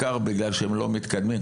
בהיבטים הבטיחותיים זה לא אותו מפעל.